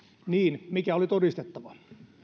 niin mikä oli todistettava